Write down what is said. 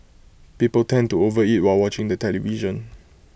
people tend to overeat while watching the television